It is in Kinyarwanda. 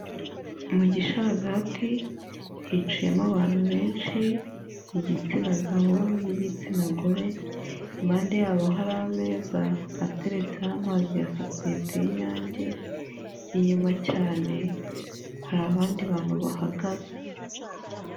Mu gisharagati hiciyemo abantu benshi igitsina gabo n'igitsina gore, impande yabo hari ameza ateretseho amazi ya sosiyete y'Inyange, inyuma cyane hari abandi bantu bahagaze.